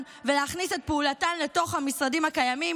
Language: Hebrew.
ולהכניס את פעולתן לתוך המשרדים הקיימים,